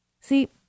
see